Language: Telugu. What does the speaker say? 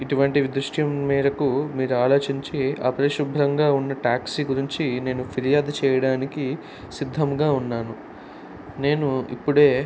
ఇటువంటివి దృష్ట్యా మేరకు మీరు ఆలోచించి అపరిశుభ్రంగా ఉన్న ట్యాక్సీ గురించి నేను ఫిర్యాదు చేయటానికి సిద్ధంగా ఉన్నాను నేను ఇప్పుడే